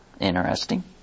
Interesting